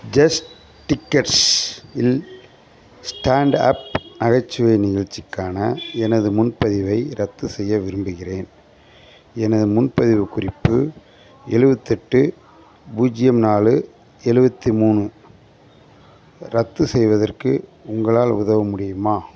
just tickets இல் standup நகைச்சுவை நிகழ்ச்சிக்கான எனது முன்பதிவை ரத்துசெய்ய விரும்புகிறேன் எனது முன்பதிவு குறிப்பு எழுவத்தெட்டு பூஜ்யம் நாலு எழுபத்தி மூணு ரத்து செய்வதற்கு உங்களால் உதவ முடியுமா